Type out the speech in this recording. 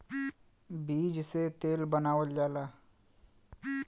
बीज से तेल बनावल जाला